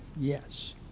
Yes